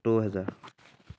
দহ হেজাৰ